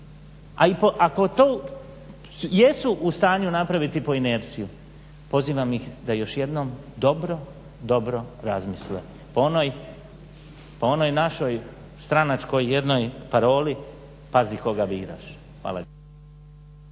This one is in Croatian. i ako to jesu u stanju napraviti po inerciji, pozivam ih da još jednom dobro, dobro razmisle, po onoj našoj stranačkoj, jednoj paroli¨"Pazi koga biraš.". Hvala